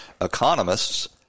economists –